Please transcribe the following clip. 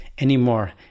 anymore